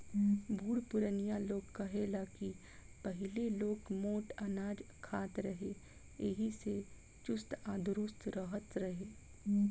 बुढ़ पुरानिया लोग कहे ला की पहिले लोग मोट अनाज खात रहे एही से चुस्त आ दुरुस्त रहत रहे